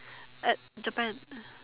at Japan